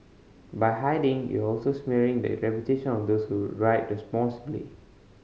by hiding you also smearing the reputation of those who ride responsibly